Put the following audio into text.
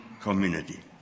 community